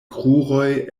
kruroj